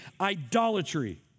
idolatry